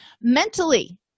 Mentally